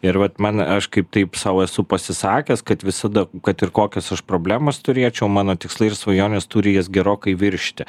ir vat man aš kaip taip sau esu pasisakęs kad visada kad ir kokias aš problemas turėčiau mano tikslai ir svajonės turi jas gerokai viršyti